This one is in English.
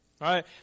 right